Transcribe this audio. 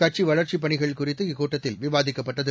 கட்சிவளர்ச்சிப் பணிகள் குறித்து இக்கூட்டத்தில் விவாதிக்கப்பட்டது